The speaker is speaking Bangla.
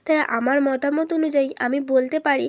তাই আমার মতামত অনুযায়ী আমি বলতে পারি